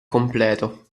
completo